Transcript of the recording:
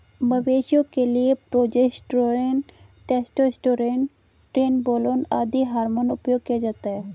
मवेशियों के लिए प्रोजेस्टेरोन, टेस्टोस्टेरोन, ट्रेनबोलोन आदि हार्मोन उपयोग किया जाता है